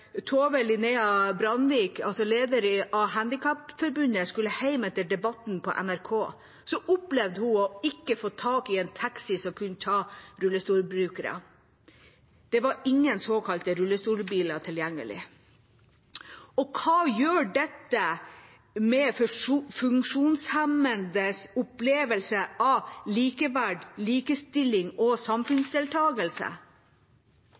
Tove Linnea Brandvik, leder av Norges Handikapforbund, skulle hjem etter debatten i NRK, opplevde hun å ikke få tak i en taxi som kunne ta rullestolbrukere. Det var ingen såkalte rullestolbiler tilgjengelig. Hva gjør dette med funksjonshemmedes opplevelse av likeverd, likestilling og